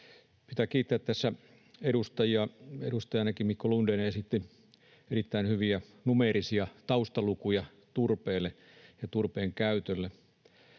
Ainakin edustaja Mikko Lundén esitti erittäin hyviä numeerisia taustalukuja turpeelle ja turpeen käytölle.